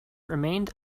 remained